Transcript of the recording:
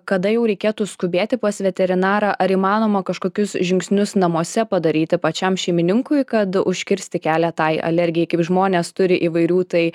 kada jau reikėtų skubėti pas veterinarą ar įmanoma kažkokius žingsnius namuose padaryti pačiam šeimininkui kad užkirsti kelią tai alergijai kaip žmonės turi įvairių tai